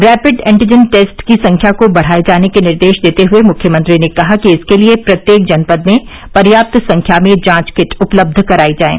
rapid antigen test की संख्या को बढ़ाए जाने के निर्देश देते हुए मुख्यमंत्री ने कहा कि इसके लिए प्रत्येक जनपद में पर्याप्त संख्या में जांच किट उपलब्ध करायी जाएं